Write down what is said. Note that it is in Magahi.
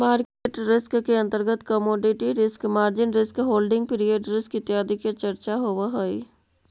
मार्केट रिस्क के अंतर्गत commodity risk, margin risk, holding period risk इत्यादि के चर्चा होवऽ हई